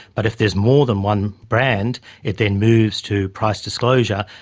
but if there's more than one brand it then moves to price disclosure,